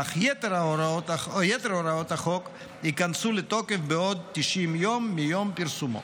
אך יתר הוראות החוק ייכנסו לתוקף 90 יום מיום פרסומו.